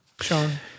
Sean